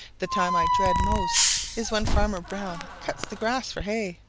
the time i dread most is when farmer brown cuts the grass for hay.